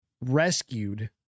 Rescued